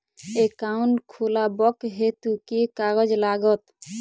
Account खोलाबक हेतु केँ कागज लागत?